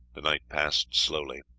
the night passed slowly.